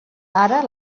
ara